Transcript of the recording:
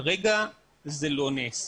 כרגע זה לא נעשה.